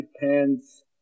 depends